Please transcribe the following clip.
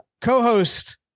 co-host